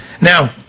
Now